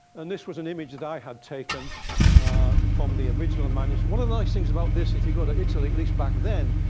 and this was an image that i had taken from the original manuscript. one of the nice things about this, if you go to italy, at least back then,